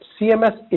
CMS